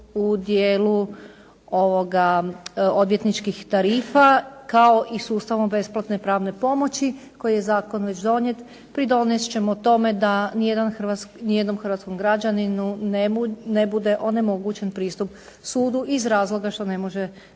u dijelu odvjetničkih tarifa, kao i sustavom besplatne pravne pomoći koji je zakon već donijet, pridonest ćemo tome da nijednom hrvatskom građaninu ne bude onemogućen pristup sudu iz razloga što ne može snašati